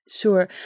Sure